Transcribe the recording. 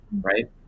right